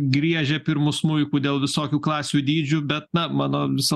griežia pirmu smuiku dėl visokių klasių dydžių bet na mano visą